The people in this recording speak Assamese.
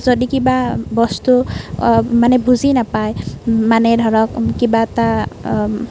মই যদি কিবা বস্তু মানে বুজি নাপাই মানে ধৰক কিবা এটা